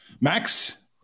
Max